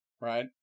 right